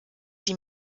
die